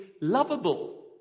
lovable